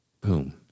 Boom